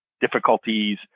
difficulties